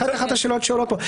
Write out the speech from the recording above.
זו בהחלט אחת השאלות שעולות פה.